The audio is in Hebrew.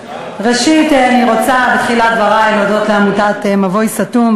אני רוצה בתחילת דברי להודות לעמותת "מבוי סתום"